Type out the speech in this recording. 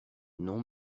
non